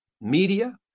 media